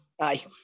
Aye